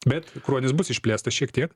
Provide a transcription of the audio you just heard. bet kruonis bus išplėstas šiek tiek